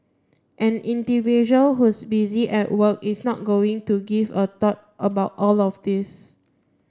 an individual who's busy at work is not going to give a thought about all of this